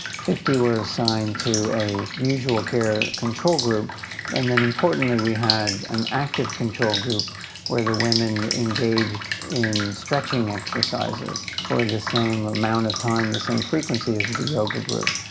fifty were assigned to a usual care control group and then importantly we had an active control group where the women engaged in stretching exercises for the same amount of time and the same frequency as the yoga group.